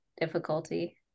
difficulty